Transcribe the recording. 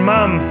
Mum